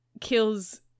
kills